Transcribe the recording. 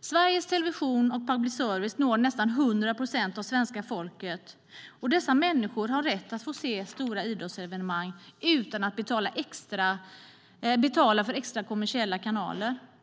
Sveriges Television och public service når nästan 100 procent av svenska folket och dessa människor har rätt att få se stora idrottsarrangemang utan att betala för extra kommersiella kanaler.